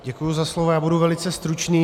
Děkuji za slovo, já budu velice stručný.